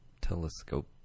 Telescope